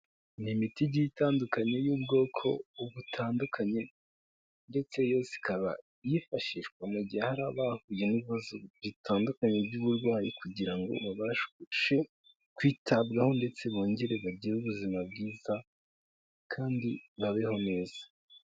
Ni imiti igiye itandukanye y'ubwoko butandukanye ndetse yose ikaba yifashishwa mu gihe hari abahuye n'ibibazo bitandukanye by'uburwayi kugira ngo babasheshe kwitabwaho ndetse bongere bagire ubuzima bwiza kandi babeho neza.